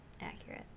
Accurate